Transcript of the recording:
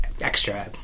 extra